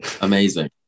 Amazing